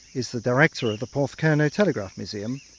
is the director of the porthcurno telegraph museum,